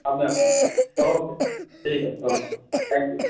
আপনি আসুন ওকে ঠিক আছে ওকে থ্যাংক ইউ